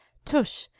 tush!